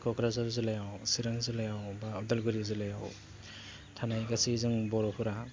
क'क्राझार जिल्लायाव चिरां जिल्लायाव एबा उदालगुरि जिल्लायाव थानाय गासै जों बर'फोरा